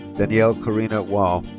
dannielle corina waugh.